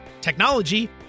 technology